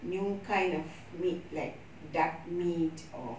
new kind of meat like duck meat or